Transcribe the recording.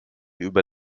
über